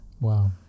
Wow